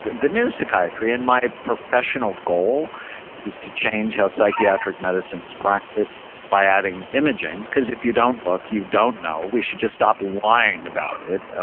the new psychiatry. and my professional goal is to change how psychiatric medicine's practice by adding imaging, because if you don't look, you don't know. we should just stop lying about it.